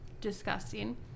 disgusting